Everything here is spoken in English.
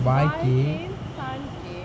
boy ca~